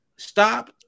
Stop